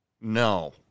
no